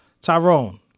Tyrone